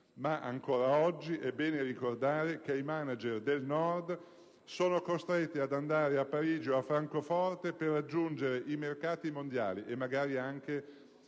Ancora oggi è bene ricordare che i manager del Nord sono costretti ad andare a Parigi o a Francoforte per raggiungere i mercati mondiali e magari anche